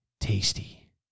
Tasty